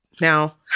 now